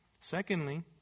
Secondly